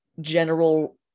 general